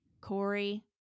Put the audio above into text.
Corey